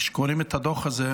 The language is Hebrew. כשקוראים את הדוח הזה,